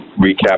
recap